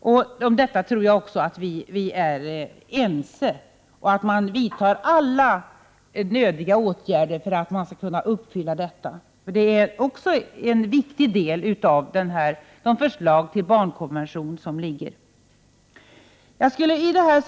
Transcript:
Om detta tror jag att vi är ense liksom om att vi skall vidta alla de nödvändiga åtgärderna för att uppfylla detta. Det är en viktig del i det förslag till barnkonvention som nu ligger.